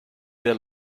their